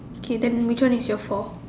okay then which one is your four